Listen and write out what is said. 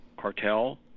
cartel